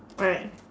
alright